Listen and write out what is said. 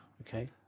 Okay